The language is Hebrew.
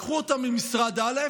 לקחו אותה ממשרד א'